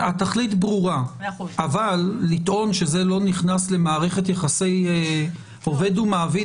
התכלית ברורה אבל לטעון שזה לא נכנס למערכת יחסי עובד ומעביד,